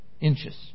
inches